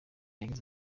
yagize